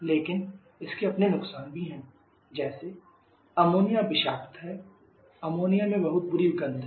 लेकिन इसके अपने नुकसान भी हैं जैसे अमोनिया विषाक्त है अमोनिया में बहुत बुरी गंध है